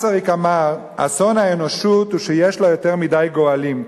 מסריק אמר: אסון האנושות הוא שיש לה יותר מדי גואלים,